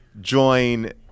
Join